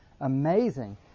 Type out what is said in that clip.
amazing